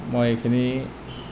মই এইখিনি